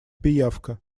пиявка